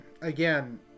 again